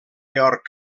york